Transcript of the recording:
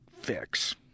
fix